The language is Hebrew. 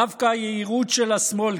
דווקא היהירות של השמאל,